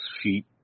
sheep